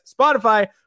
Spotify